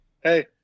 Hey